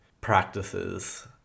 practices